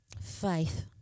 Faith